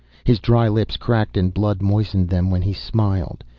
his dry lips cracked and blood moistened them when he smiled.